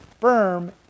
firm